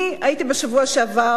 אני הייתי שם בשבוע שעבר,